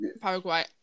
Paraguay